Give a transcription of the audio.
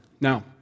Now